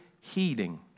heeding